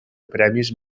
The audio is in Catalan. premis